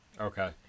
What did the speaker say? Okay